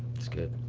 that's good.